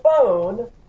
phone